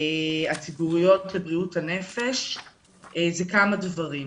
הציבוריות לבריאות הנפש זה כמה דברים.